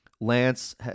Lance